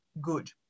good